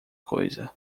coisa